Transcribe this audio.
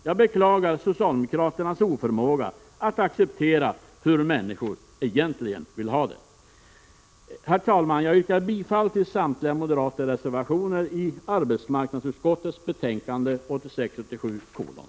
Jag beklagar socialdemokratins oförmåga att acceptera hur människor egentligen vill ha det. Herr talman! Jag yrkar bifall till samtliga moderata reservationer i arbetsmarknadsutskottets betänkande 1986/87:13.